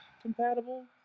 compatible